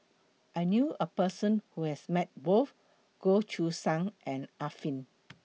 I knew A Person Who has Met Both Goh Choo San and Arifin